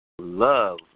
love